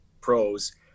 pros